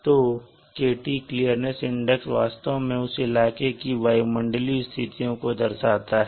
तो kt clearness index वास्तव में उस इलाके की वायुमंडलीय स्थितियों को दर्शाता है